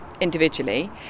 individually